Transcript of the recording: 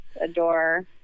adore